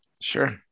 Sure